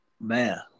man